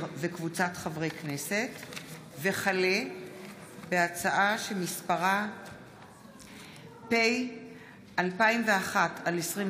וכלה בהצעת חוק פ/201/21: